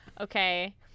Okay